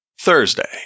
Thursday